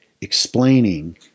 explaining